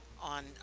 on